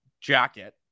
jacket